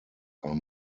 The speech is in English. are